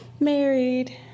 married